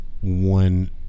one